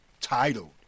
Titled